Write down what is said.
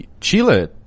Chile